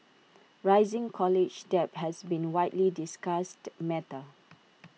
rising college debt has been widely discussed matter